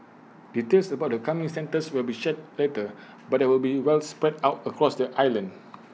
details about the coming centres will be shared later but they will be well spread out across their